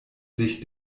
sich